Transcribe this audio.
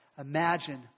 Imagine